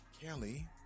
Kelly